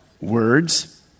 Words